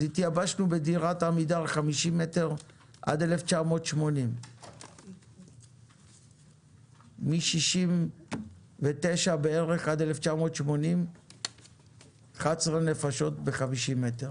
אז התייבשנו בדירת עמידר חמישים מטר עד 1980. מ-69 בערך עד 1980 11 נפשות בחמישים מטר